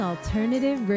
Alternative